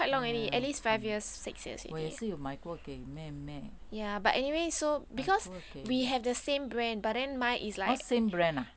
ah K 我也是有买给妹妹买过给 !huh! same brand ah